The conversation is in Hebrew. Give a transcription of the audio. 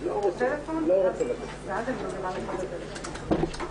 הקרן לרווחה מכירה את הבקשה הזאת שלך?